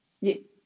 Yes